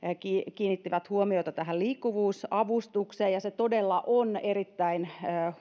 kiinnittivät huomiota tähän liikkuvuusavustukseen ja se todella on erittäin